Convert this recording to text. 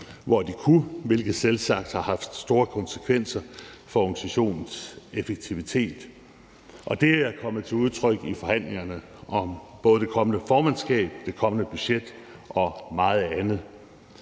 hvor de kunne, hvilket selvsagt har haft store konsekvenser for organisationens effektivitet. Det er kommet til udtryk i forhandlingerne om både det kommende formandskab, det kommende budget og meget andet.